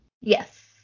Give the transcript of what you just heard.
Yes